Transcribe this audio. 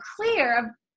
clear